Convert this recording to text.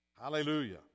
Hallelujah